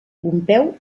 pompeu